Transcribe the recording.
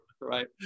Right